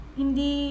hindi